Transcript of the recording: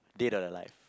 dead or alive